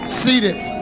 seated